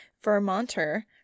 Vermonter